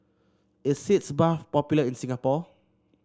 is Sitz Bath popular in Singapore